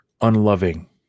unloving